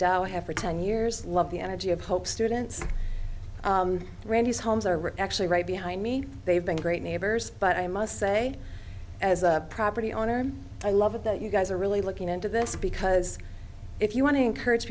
dow have for ten years love the energy of hope students randy's homes are written actually right behind me they've been great neighbors but i must say as a property owner i love it that you guys are really looking into this because if you want to encourage